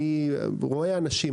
אני רואה אנשים.